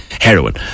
heroin